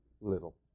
little